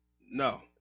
No